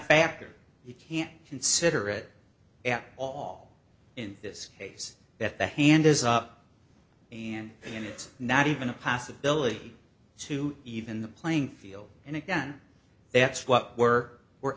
factor you can't consider it at all in this case that the hand is up and it's not even a possibility to even the playing field and again that's what we're we're